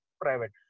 private